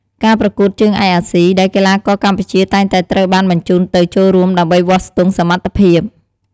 ការប្រកួតជើងឯកអាស៊ី ដែលកីឡាករកម្ពុជាតែងតែត្រូវបានបញ្ជូនទៅចូលរួមដើម្បីវាស់ស្ទង់សមត្ថភាព។